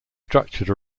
structured